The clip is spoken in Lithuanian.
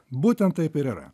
būtent taip ir yra